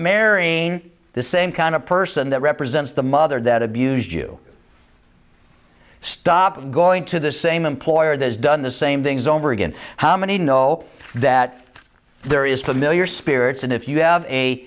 marrying the same kind of person that represents the mother that abused you stop going to the same employer those done the same things over again how many know that there is familiar spirits and if you have a